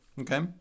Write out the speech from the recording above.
Okay